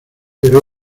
pero